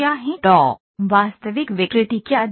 तो वास्तविक विकृति क्या दिखती है